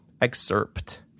excerpt